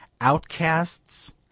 outcasts